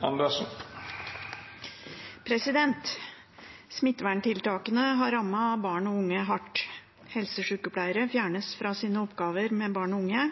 er ute. «Smitteverntiltakene har rammet barn og unge hardt. Helsesykepleiere fjernes fra sine oppgaver med barn og unge,